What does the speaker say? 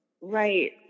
Right